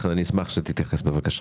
לכן אני אשמח שתתייחס בבקשה.